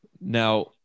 Now